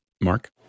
Mark